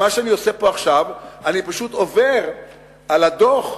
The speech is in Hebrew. מה שאני עושה פה עכשיו: אני פשוט עובר על הדוח.